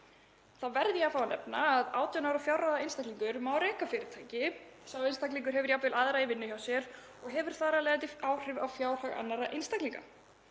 Þá verð ég að fá að nefna að 18 ára fjárráða einstaklingur má reka fyrirtæki. Sá einstaklingur hefur jafnvel aðra í vinnu hjá sér og hefur þar af leiðandi áhrif á fjárhag annarra einstaklinga.